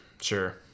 Sure